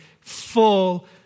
full